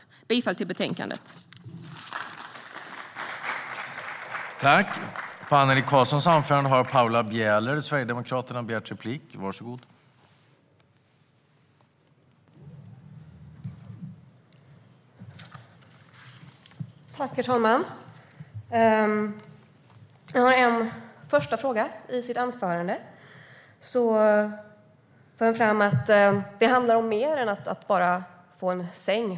Jag yrkar bifall till utskottets förslag i betänkandet.